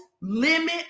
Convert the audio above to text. limit